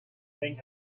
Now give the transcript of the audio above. thing